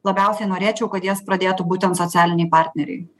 labiausiai norėčiau kad jas pradėtų būtent socialiniai partneriai